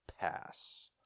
pass